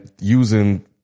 using